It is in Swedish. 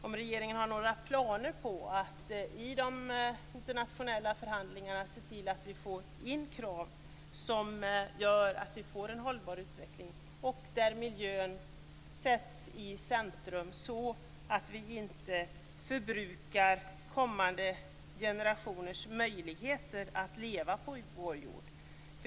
Har regeringen några planer på att i de internationella förhandlingarna se till att vi får in krav som gör att vi får en hållbar utveckling, där miljön sätts i centrum så att vi inte förbrukar kommande generationers möjligheter att leva på vår jord?